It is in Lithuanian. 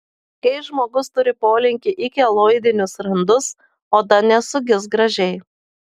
kai žmogus turi polinkį į keloidinius randus oda nesugis gražiai